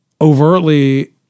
overtly